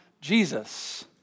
Jesus